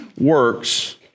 works